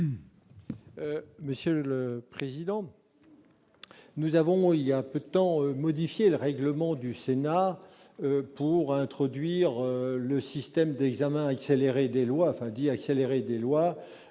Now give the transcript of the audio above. Monsieur le président, nous avons il y a peu de temps, modifié le règlement du Sénat pour introduire le système d'examen accéléré des lois afin d'y accélérer des lois